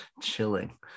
Chilling